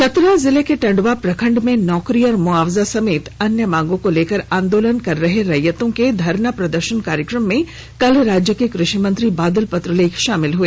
चतरा जिले के टंडवा प्रखंड में नौकरी और मुआवजा समेत अन्य मांगों को लेकर आंदोलन कर रहे रैयतों के धरना प्रदर्शन कार्यक्रम में कल राज्य के कृषि मंत्री बादल पत्रलेख शामिल हुए